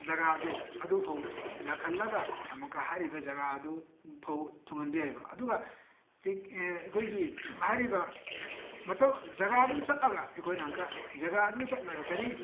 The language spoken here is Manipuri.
ꯖꯒꯥꯗꯣ ꯑꯗꯨ ꯐꯥꯎ ꯂꯥꯛꯍꯜꯂꯒ ꯑꯃꯨꯛꯀ ꯍꯥꯏꯔꯤꯕ ꯖꯒꯥ ꯑꯗꯨ ꯐꯧ ꯊꯨꯡꯍꯟꯕ ꯌꯥꯏꯑꯕ ꯑꯗꯨꯒ ꯑꯩꯈꯣꯏꯒꯤ ꯍꯥꯏꯔꯤꯕ ꯖꯒꯥꯗꯨꯗ ꯆꯠꯂꯒ ꯑꯩꯈꯣꯏꯅ ꯑꯃꯨꯛꯀ ꯖꯒꯥꯗꯨꯗ ꯆꯠꯂꯒ ꯀꯔꯤ